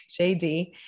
JD